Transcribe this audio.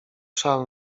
szal